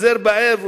חוזר בערב,